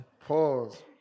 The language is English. Pause